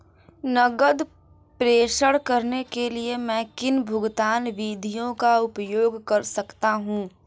नकद प्रेषण करने के लिए मैं किन भुगतान विधियों का उपयोग कर सकता हूँ?